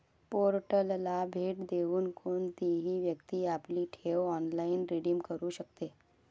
पोर्टलला भेट देऊन कोणतीही व्यक्ती आपली ठेव ऑनलाइन रिडीम करू शकते